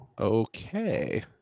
Okay